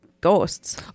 ghosts